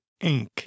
Inc